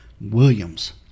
Williams